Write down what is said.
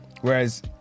whereas